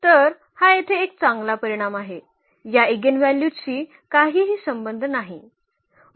तर हा येथे एक चांगला परिणाम आहे या इगेनव्ह्ल्यूजशी काहीही संबंध नाही